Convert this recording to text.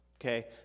Okay